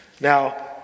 Now